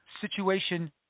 situation